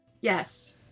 Yes